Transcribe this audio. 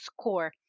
score